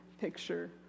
picture